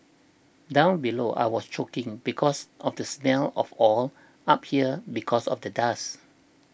down below I was choking because of the smell of oil up here because of the dust